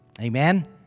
Amen